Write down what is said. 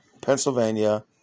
Pennsylvania